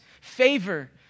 favor